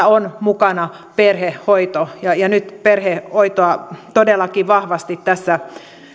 on mukana perhehoito ja ja nyt perhehoitoa todellakin vahvasti tässä